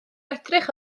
edrych